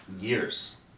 years